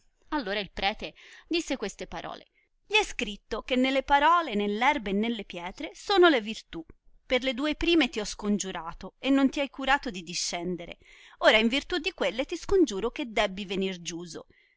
allora il prete disse queste parole gli è scritto che nelle parole nell erbe e nelle pietre sono le virtù per le due prime ti ho scongiurato e non ti hai curato di discendere ora in virtù di quelle ti scongiuro che debbi venir giuso